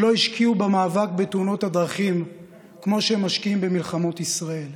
שלא השקיעו במאבק בתאונות הדרכים כמו שמשקיעים במלחמות ישראל.